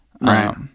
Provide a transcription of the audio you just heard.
Right